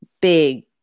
big